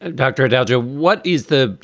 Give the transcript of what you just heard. ah dr. adalja, what is the.